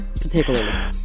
particularly